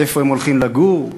איפה הם הולכים לגור?